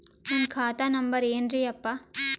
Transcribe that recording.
ನನ್ನ ಖಾತಾ ನಂಬರ್ ಏನ್ರೀ ಯಪ್ಪಾ?